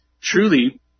Truly